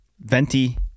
venti